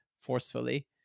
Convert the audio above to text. forcefully